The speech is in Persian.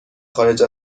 خارج